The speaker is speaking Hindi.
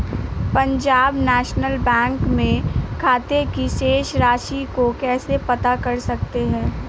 पंजाब नेशनल बैंक में खाते की शेष राशि को कैसे पता कर सकते हैं?